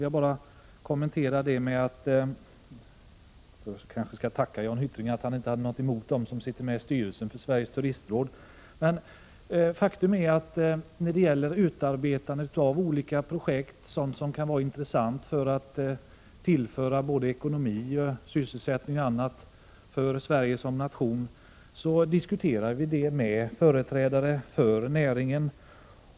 Jag skall kanske först tacka Jan Hyttring för att han inte hade något emot dem som sitter med i styrelsen för Sveriges turistråd. Vi diskuterar utarbetandet av olika projekt som kan vara intressanta både när det gäller ekonomi och sysselsättning för Sverige som nation med företrädare för näringen.